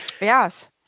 Yes